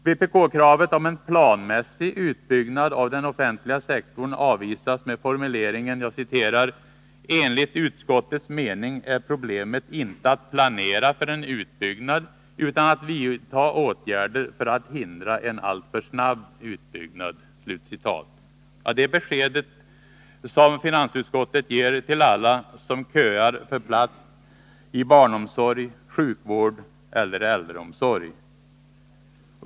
Vpk-kravet på en planmässig utbyggnad av den offentliga sektorn avvisas med formuleringen: ”Enligt utskottets mening är problemet inte att planera för en utbyggnad utan att vidta åtgärder för att hindra en alltför snabb utbyggnad.” Det är det besked som finansutskottet ger till alla som köar för plats i barnomsorg, sjukvård eller äldreomsorg.